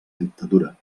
dictadura